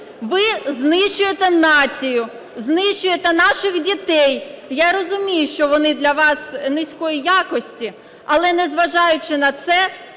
Ви знищуєте націю, знищуєте наших дітей. Я розумію, що вони для вас низької якості, але незважаючи на це